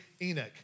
Enoch